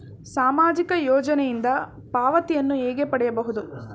ಸಾಮಾಜಿಕ ಯೋಜನೆಯಿಂದ ಪಾವತಿಯನ್ನು ಹೇಗೆ ಪಡೆಯುವುದು?